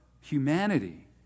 humanity